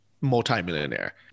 multimillionaire